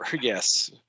yes